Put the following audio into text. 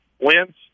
wins